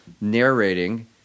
narrating